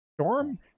storm